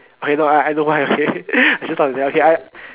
okay no I I know why okay I just don't want to tell okay I